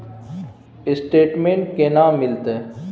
Statement केना मिलते?